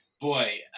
boy